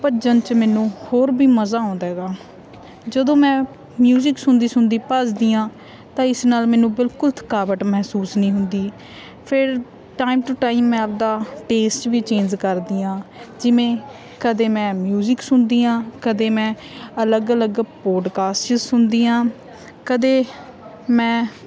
ਭੱਜਣ 'ਚ ਮੈਨੂੰ ਹੋਰ ਵੀ ਮਜ਼ਾ ਆਉਂਦਾ ਗਾ ਜਦੋਂ ਮੈਂ ਮਿਊਜ਼ਿਕ ਸੁਣਦੀ ਸੁਣਦੀ ਭੱਜਦੀ ਹਾਂ ਤਾਂ ਇਸ ਨਾਲ ਮੈਨੂੰ ਬਿਲਕੁਲ ਥਕਾਵਟ ਮਹਿਸੂਸ ਨਹੀਂ ਹੁੰਦੀ ਫੇਰ ਟਾਈਮ ਟੂ ਟਾਈਮ ਮੈਂ ਆਪ ਦਾ ਟੇਸਟ ਵੀ ਚੇਂਜ ਕਰਦੀ ਹਾਂ ਜਿਵੇਂ ਕਦੇ ਮੈਂ ਮਿਊਜ਼ਿਕ ਸੁਣਦੀ ਹਾਂ ਕਦੇ ਮੈਂ ਅਲੱਗ ਅਲੱਗ ਪੋਡਕਾਸਟ ਸੁਣਦੀ ਹਾਂ ਕਦੇ ਮੈਂ